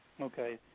Okay